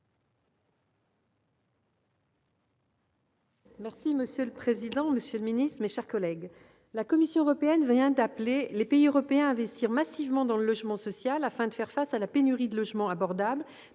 Monsieur le président, monsieur le ministre, mes chers collègues, la Commission européenne vient d'appeler les pays européens à investir massivement dans le logement social, afin de faire face à la pénurie de logements abordables,